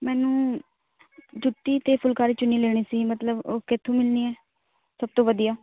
ਮੈਨੂੰ ਜੁੱਤੀ ਅਤੇ ਫੁੱਲਕਾਰੀ ਚੁੰਨੀ ਲੈਣੀ ਸੀ ਮਤਲਬ ਉਹ ਕਿੱਥੋ ਮਿਲਦੀ ਹੈ ਸਭ ਤੋਂ ਵਧੀਆ